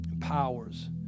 powers